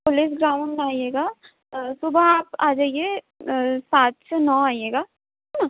police ground आइएगा सुबह आप आ जाइए सात से नौ आइएगा है न